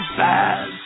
bad